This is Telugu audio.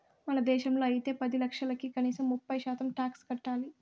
మన దేశంలో అయితే పది లక్షలకి కనీసం ముప్పై శాతం టాక్స్ కట్టాలి